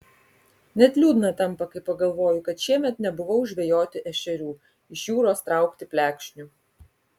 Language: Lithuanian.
net liūdna tampa kai pagalvoju kad šiemet nebuvau žvejoti ešerių iš jūros traukti plekšnių